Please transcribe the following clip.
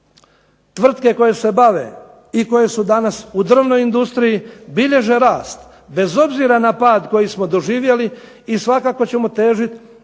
tvrtke koje se bave i koje su danas u drvnoj industriji bilježe rast, bez obzira na pad koji smo doživjeli i svakako ćemo težiti